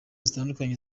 zitandukanye